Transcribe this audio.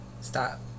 stop